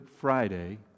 Friday